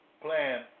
plan